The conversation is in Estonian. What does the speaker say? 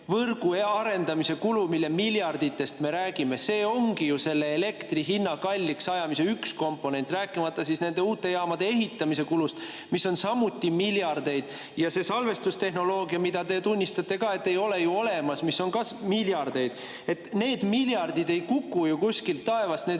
võrgu arendamise kulu, kus me miljarditest räägime. See ongi ju selle elektri hinna kalliks ajamise üks komponent, rääkimata nende uute jaamade ehitamise kulust, mis on samuti miljardeid. Salvestustehnoloogia, mille kohta te tunnistate ka, et seda ei ole ju olemas, [vajab] ka miljardeid. Need miljardid ei kuku kuskilt taevast, need